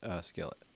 skillet